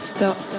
Stop